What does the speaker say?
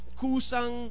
kusang